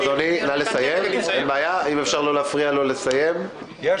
אדוני, נא לסיים, אם אפשר לא להפריע לו לסיים את